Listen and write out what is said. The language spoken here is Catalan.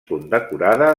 condecorada